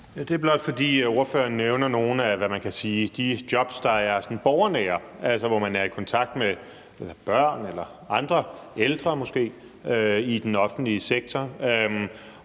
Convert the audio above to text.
Det er blot, fordi ordføreren nævner nogle af de jobs, der, kan man sige, sådan er borgernære, altså hvor man er i kontakt med børn eller andre, ældre måske, i den offentlige sektor.